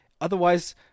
otherwise –